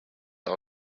all